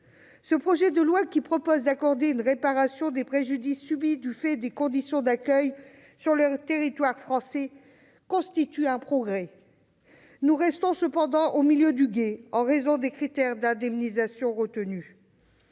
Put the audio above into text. Ce projet de loi, qui prévoit d'accorder une réparation des préjudices subis au titre de l'indignité des conditions d'accueil sur le territoire français, constitue un progrès. Nous restons toutefois au milieu du gué en raison des critères d'indemnisation retenus.